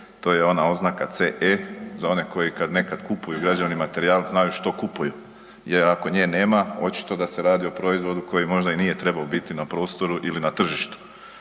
to je ona oznaka CE, za one koji kad nekad kupuju građevni materijal, znaju što kupuju jer ako nje nema, očito da se radi o proizvodu koji možda i nije trebao biti na prostoru ili na tržištu.